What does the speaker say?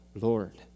Lord